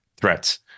threats